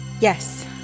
Yes